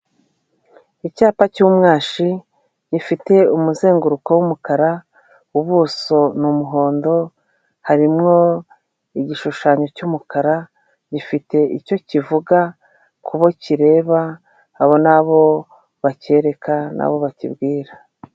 Icyapa cy'umwashi, gifite umuzenguruko w'umukara, ubuso ni umuhondo, harimo igishushanyo cy'umukara, gifite icyo kivuga ku bo kireba, abo ni abo bakereka n'abo bakibwira.